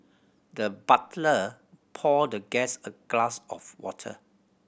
the butler poured the guest a glass of water